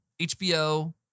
HBO